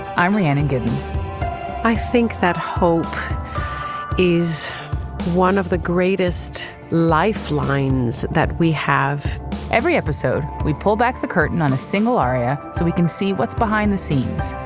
i'm rhiannon giddens i think that hope is one of the greatest lifelines that we have every episode we pull back the curtain on a single aria so we can see what's behind the scenes.